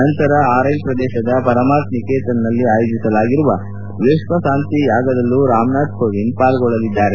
ನಂತರ ಅಅರೈಲ್ ಪ್ರದೇಶದ ಪರಮಾರ್ಥ್ ನಿಕೇತನ್ನಲ್ಲಿ ಆಯೋಜಿಸಲಾಗಿರುವ ವಿಶ್ವಶಾಂತಿ ಯಾಗದಲ್ಲೂ ರಾಮನಾಥ್ ಕೋವಿಂದ್ ಪಾಲ್ಗೊಳ್ಳಲಿದ್ದಾರೆ